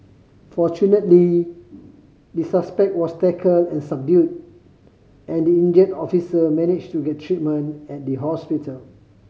fortunately the suspect was tackled and subdued and the injured officer managed to get treatment at the hospital